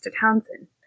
Townsend